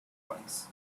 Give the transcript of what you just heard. ones